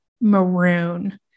maroon